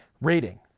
Rating